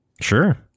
sure